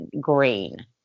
green